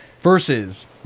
versus